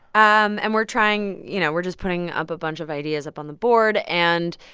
um and we're trying you know, we're just putting up a bunch of ideas up on the board. and